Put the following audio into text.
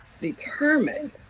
determined